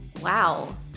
Wow